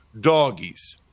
doggies